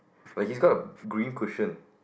like he's got a green cushion